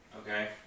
Okay